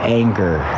anger